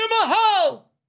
Mahal